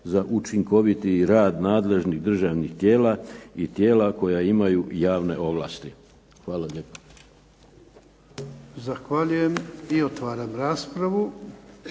za učinkovitiji rad nadležnih državnih tijela, i tijela koja imaju javne ovlasti. Hvala lijepo.